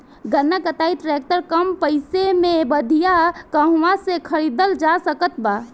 गन्ना कटाई ट्रैक्टर कम पैसे में बढ़िया कहवा से खरिदल जा सकत बा?